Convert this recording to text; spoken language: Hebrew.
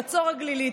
חצור הגלילית,